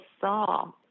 saw